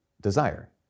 desire